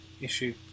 issue